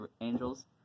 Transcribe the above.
Angels